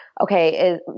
okay